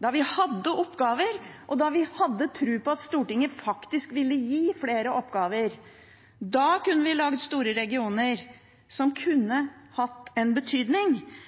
da vi hadde oppgaver, og da vi hadde tro på at Stortinget faktisk ville gi fylkeskommunene flere oppgaver. Da kunne vi laget store regioner som kunne hatt en betydning,